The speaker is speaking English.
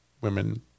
women